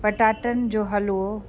पटाटनि जो हुलवो